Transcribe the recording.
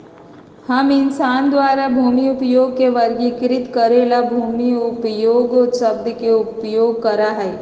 हम इंसान द्वारा भूमि उपयोग के वर्गीकृत करे ला भूमि उपयोग शब्द के उपयोग करा हई